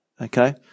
Okay